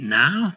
now